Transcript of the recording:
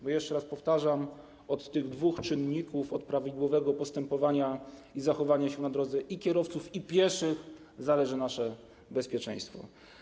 Bo jeszcze raz powtarzam, że od tych dwóch czynników: od prawidłowego postępowania i zachowania się na drodze i kierowców, i pieszych, zależy nasze bezpieczeństwo.